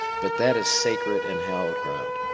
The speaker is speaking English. but that is sacred and hallowed ground.